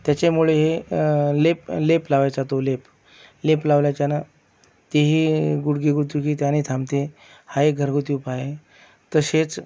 त्याच्यामुळे हे लेप लेप लावायचा तो लेप लेप लावल्याच्यानं ती ही गुडघेगुडदुखी त्याने थांबते हा एक घरगुती उपाय आहे तसेच